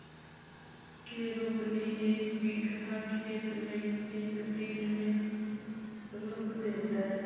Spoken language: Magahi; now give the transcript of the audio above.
के रोपनी एक बिघा खेत के एक दिन में रोप देतै?